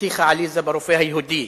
הטיחה עליזה ברופא היהודי.